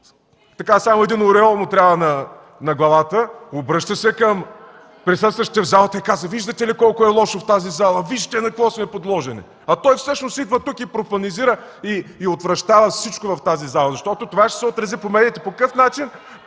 го, само един ореол му трябва на главата, обръща се към присъстващите в залата и казва: „Виждате ли колко е лошо в тази зала? Вижте на какво сме подложени.” А той всъщност идва тук и профанизира, отвращава всичко в тази зала. Защото това ще се отрази по медиите. По какъв начин